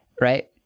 right